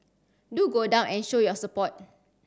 do go down an show your support